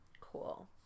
Cool